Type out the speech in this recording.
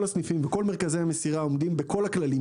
כל הסניפים וכל מרכזי המסירה עומדים בכל הכללים.